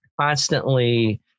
constantly